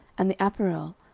and the apparel,